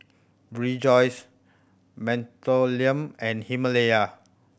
Rejoice Mentholatum and Himalaya